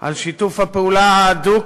על שיתוף הפעולה ההדוק,